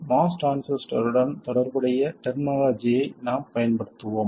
MOS டிரான்சிஸ்டருடன் தொடர்புடைய டெர்மினாலஜியை நாம் பயன்படுத்துவோம்